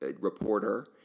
reporter